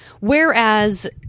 whereas